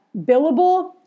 billable